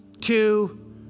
two